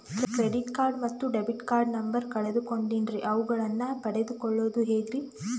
Credit card ಮತ್ತು debit card number ಕಳೆದುಕೊಂಡಿನ್ರಿ ಅವುಗಳನ್ನ ಪಡೆದು ಕೊಳ್ಳೋದು ಹೇಗ್ರಿ?